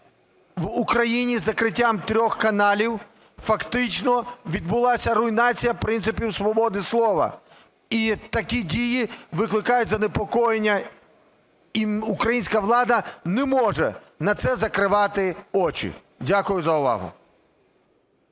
в Україні із закриттям трьох каналів фактично відбулася руйнація принципів свободи слова і такі дії викликають занепокоєння, і українська влада не може на це закривати очі. Дякую за увагу.